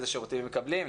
איזה שירותים מקבלים,